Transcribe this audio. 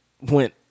went